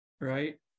Right